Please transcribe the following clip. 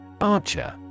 Archer